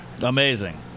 Amazing